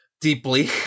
deeply